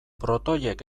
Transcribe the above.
protoiek